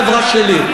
החברה שלי.